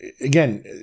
again